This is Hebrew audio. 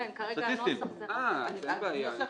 אז אין בעיה.